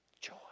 joy